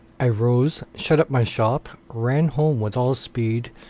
i rose, shut up my shop, ran home with all speed,